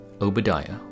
Obadiah